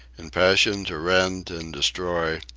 in passion to rend and destroy,